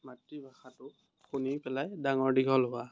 মাতৃভাষাটো শুনি পেলাই ডাঙৰ দীঘল হোৱা